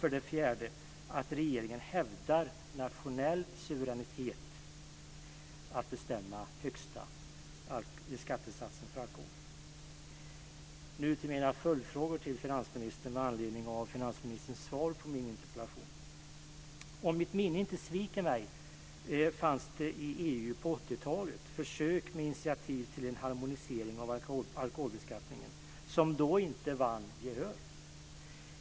För det fjärde uppskattar jag att regeringen hävdar nationell suveränitet att bestämma den högsta skattesatsen för alkohol. Nu går jag över till mina följdfrågor till finansministern med anledning av finansministerns svar på min interpellation. Om mitt minne inte sviker mig fanns det i EU på 80-talet försök med initiativ till en harmonisering av alkoholbeskattningen som då inte vann gehör.